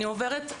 אני עוברת,